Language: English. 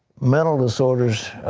mental disorders,